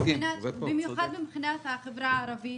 במיוחד מבחינת החברה הערבית